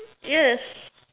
yes